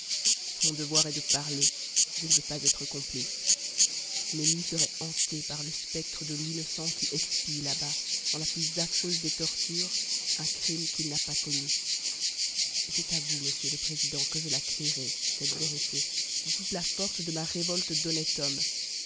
mon devoir est de parler je ne veux pas être complice mes nuits seraient hantées par le spectre de l'innocent qui expie là-bas dans la plus affreuse des tortures un crime qu'il n'a pas commis et c'est à vous monsieur le président que je la crierai cette vérité de toute la force de ma révolte d'honnête homme